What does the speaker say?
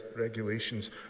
regulations